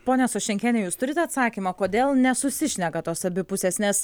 ponia soščenkiene jūs turit atsakymą kodėl nesusišneka tos abi pusės nes